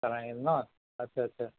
ন আচ্ছা আচ্ছা